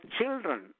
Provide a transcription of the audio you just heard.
children